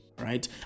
right